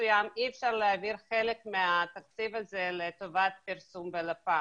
מסוים אי אפשר להעביר חלק מהתקציב הזה לטובת פרסום בלפ"מ.